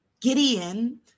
Gideon